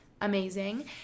amazing